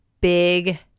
big